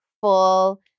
full